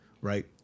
right